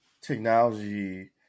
technology